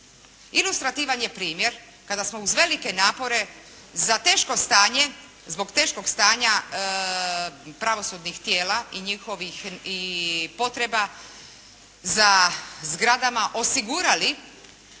Ilustrativan je primjer kada smo uz velike napore za teško stanje, zbog teškog stanja pravosudnih tijela i potreba za zgradama osigurali